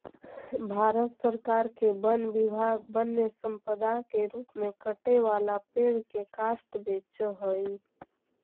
भारत सरकार के वन विभाग वन्यसम्पदा के रूप में कटे वाला पेड़ के काष्ठ बेचऽ हई